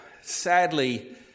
sadly